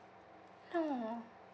no